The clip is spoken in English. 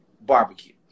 barbecue